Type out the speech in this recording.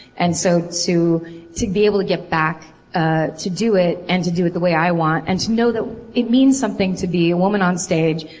and so to to be able to get back ah to do it and to do it the way i want and to know that it means something to be a woman on stage,